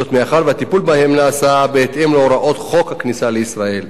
מאחר שהטיפול בהם נעשה בהתאם להוראות חוק הכניסה לישראל.